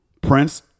Prince